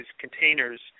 containers